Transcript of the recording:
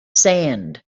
sand